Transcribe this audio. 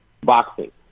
Boxing